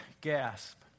gasp